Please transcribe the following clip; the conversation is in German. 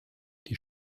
die